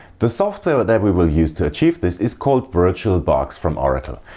the software that we will use to achieve this is called virtualbox from oracle.